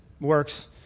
works